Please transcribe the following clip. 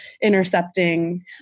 intercepting